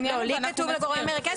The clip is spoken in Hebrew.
לי כתוב לגורם המרכז.